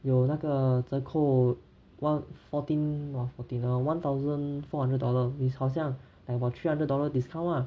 有那个折扣 one fourteen !wah! forty one thousand four hundred dollar is 好像 like got three hundred dollar discount lah